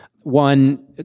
One